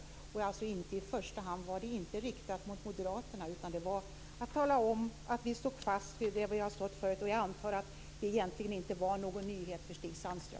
Det jag sade var inte i första hand riktat mot Moderaterna. Syftet var att tala om att vi står fast vid det vi har tyckt förut. Jag antar att det egentligen inte var någon nyhet för Stig Sandström.